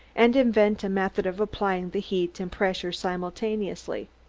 and invent a method of applying the heat and pressure simultaneously.